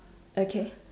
okay